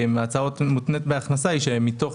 הוצאה מותנית מהכנסה היא שמתוך